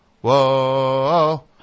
Whoa